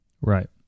Right